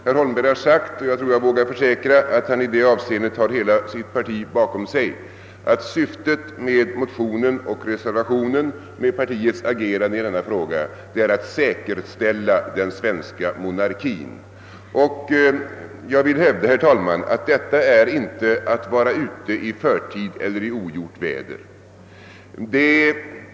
Herr Holmberg har sagt — och jag tror jag vågar försäkra att han i det avseendet har hela sitt parti bakom sig — att syftet med motionen och reservationen liksom med partiets agerande i övrigt i denna fråga är att säkerställa den svenska monarkin. Herr talman! Jag vill hävda att detta inte är att vara ute i förtid eller i ogjort väder.